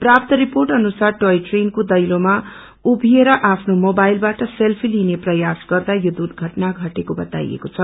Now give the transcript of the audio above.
प्राप्त रिर्पोट अनुसार टयायट्रेनको दैलोमा उभिएर आफ्नो मोवाईलबाट सेल्फी लिने प्रयास गर्दा यो दुर्घअना घटेको अवताइएको छ